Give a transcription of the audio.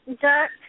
duck